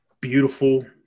beautiful